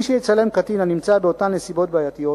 מי שיצלם קטין הנמצא באותן נסיבות בעייתיות,